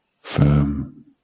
firm